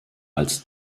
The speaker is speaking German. als